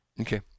Okay